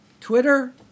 Twitter